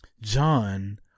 John